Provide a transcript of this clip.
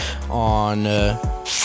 on